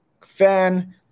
fan